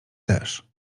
też